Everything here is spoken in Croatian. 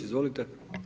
Izvolite.